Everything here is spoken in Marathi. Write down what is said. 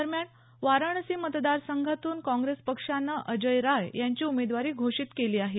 दरम्यान वाराणसी मतदार संघातून काँग्रेस पक्षानं अजय राय यांची उमेदवारी घोषित केली आहे